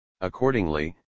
Accordingly